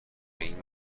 این